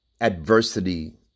adversity